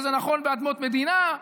וזה נכון באדמות מדינה.